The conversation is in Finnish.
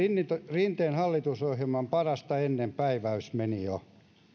rinteen hallitusohjelman parasta ennen päiväys meni jo